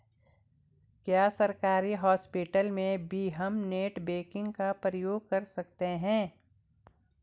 क्या सरकारी हॉस्पिटल में भी हम नेट बैंकिंग का प्रयोग कर सकते हैं?